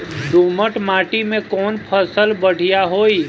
दोमट माटी में कौन फसल बढ़ीया होई?